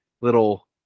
little